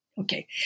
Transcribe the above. Okay